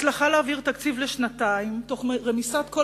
הצלחה להעביר תקציב לשנתיים תוך רמיסת כל